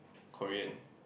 Korean